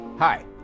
Hi